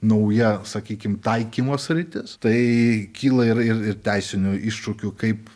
nauja sakykim taikymo sritis tai kyla ir ir ir teisinių iššūkių kaip